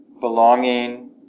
Belonging